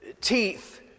teeth